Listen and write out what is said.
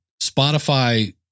Spotify